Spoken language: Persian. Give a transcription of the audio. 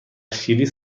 شیلی